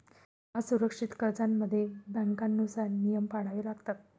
असुरक्षित कर्जांमध्ये बँकांनुसार नियम पाळावे लागतात